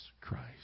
Christ